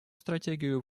стратегию